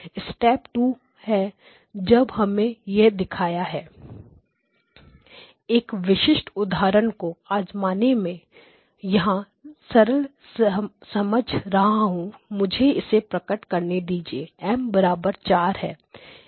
यह step2 है step2 है जब हमने यह दिखाया है एएक विशिष्ट उदाहरण को आजमाना मैं यहां सरल समझ रहा हूं मुझे इसे प्रकट करने दीजिए कि M 4 है